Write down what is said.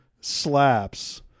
slaps